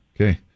Okay